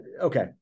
okay